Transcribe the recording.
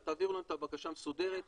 תעבירו לנו את הבקשה מסודרת,